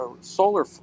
solar